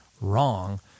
wrong